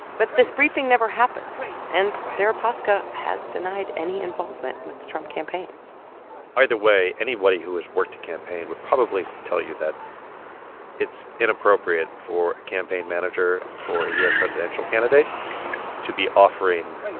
but this briefing never happens, and deripaska has denied any involvement with the trump campaign either way, anybody who has worked the campaign would probably tell you that it's inappropriate for a campaign manager for a u s. presidential candidate to be offering